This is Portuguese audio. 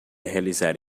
realizar